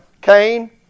Cain